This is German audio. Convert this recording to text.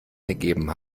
ergeben